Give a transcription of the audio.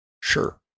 Sure